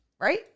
Right